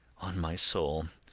on my soul,